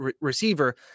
receiver